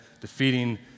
defeating